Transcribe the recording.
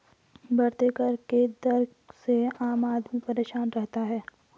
बढ़ते कर के दर से आम आदमी परेशान रहता है